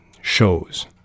shows